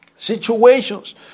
situations